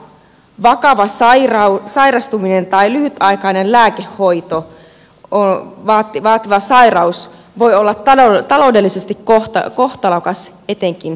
vakava sairastuminen tai lyhytaikaista lääkehoitoa vaativa sairaus voi olla taloudellisesti kohtalokas etenkin työttömille